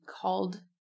called